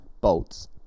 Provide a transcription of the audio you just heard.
Bolts